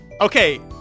Okay